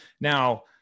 Now